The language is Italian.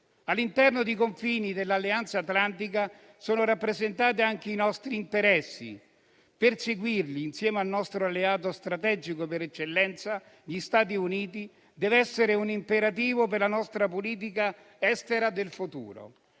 All'interno dei confini dell'Alleanza atlantica sono rappresentati anche i nostri interessi: perseguirli, insieme al nostro alleato strategico per eccellenza, gli Stati Uniti, deve essere un imperativo per la nostra politica estera del futuro.